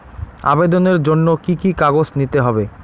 আবেদনের জন্য কি কি কাগজ নিতে হবে?